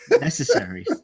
Necessary